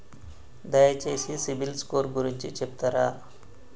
దయచేసి సిబిల్ స్కోర్ గురించి చెప్తరా?